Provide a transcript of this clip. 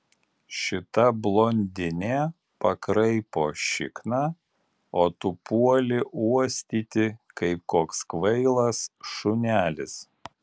šita blondinė pakraipo šikną o tu puoli uostyti kaip koks kvailas šunelis